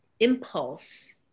impulse